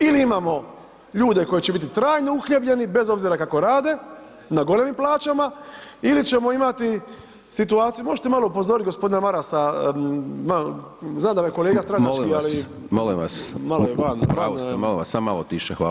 Ili imamo ljude koji će biti trajno uhljebljeni, bez obzira kako rade, na golemim plaćama, ili ćemo imati situaciju, možete malo upozoriti, gospodina Marasa, znam da me kolega stranački ali